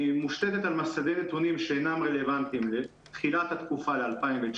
היא מושתת על מסדי נתונים שאינם רלוונטיים לתחילת התקופה,